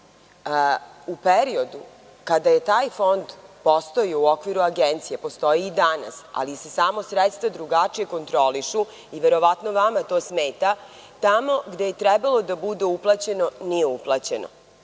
u periodu kada je taj fond postojao u okviru Agencije, a postoji i danas, ali se samo sredstva drugačije kontrolišu i verovatno vama to smeta, tamo gde je trebalo da bude uplaćeno nije uplaćeno.